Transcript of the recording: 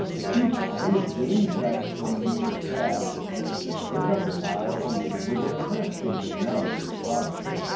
ah took this leaflet from a music fair this amplifier for me was an interesting innovative product.